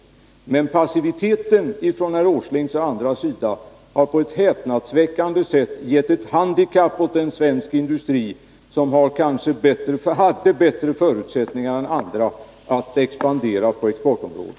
Men passiviteten från herr Åslings och andras sida har på ett häpnadsväckande sätt medfört ett handikapp för svensk industri, som borde ha haft bättre förutsättningar än andra att expandera på exportområdet.